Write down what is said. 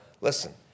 Listen